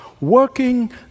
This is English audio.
working